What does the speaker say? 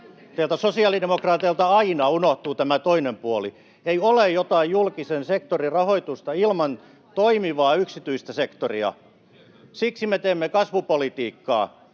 Sosiaalidemokraateilta aina unohtuu tämä toinen puoli. [Krista Kiurun välihuuto] Ei ole jotain julkisen sektorin rahoitusta ilman toimivaa yksityistä sektoria. Siksi me teemme kasvupolitiikkaa.